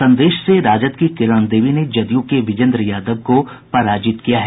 संदेश से राजद की किरण देवी ने जदयू के विजेन्द्र यादव को पराजित किया है